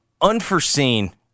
Unforeseen